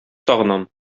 сагынам